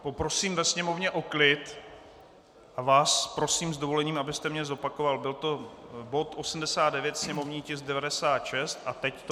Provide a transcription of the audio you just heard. Poprosím ve sněmovně o klid a vás prosím, s dovolením, abyste mi zopakoval byl to bod 89, sněmovní tisk 96 a teď to byl bod?